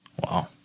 Wow